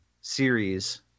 series